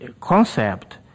concept